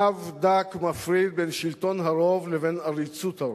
קו דק מפריד בין שלטון הרוב לבין עריצות הרוב.